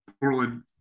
Portland